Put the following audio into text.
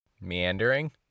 Meandering